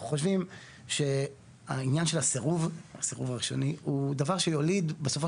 אנחנו חושבים שהעניין של הסירוב הראשוני הוא דבר שיוליד בסופו